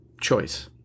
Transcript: choice